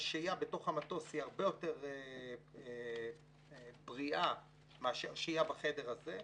השהייה בתוך המטוס היא הרבה יותר בריאה מאשר השהייה בחדר הזה.